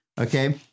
Okay